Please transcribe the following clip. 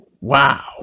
Wow